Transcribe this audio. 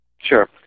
Sure